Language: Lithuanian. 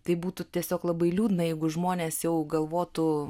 tai būtų tiesiog labai liūdna jeigu žmonės jau galvotų